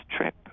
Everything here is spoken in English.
trip